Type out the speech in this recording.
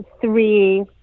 three